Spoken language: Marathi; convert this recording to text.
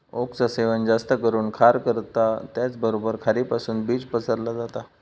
ओकचा सेवन जास्त करून खार करता त्याचबरोबर खारीपासुन बीज पसरला जाता